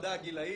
ההפרדה הגילאית.